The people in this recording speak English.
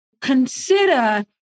consider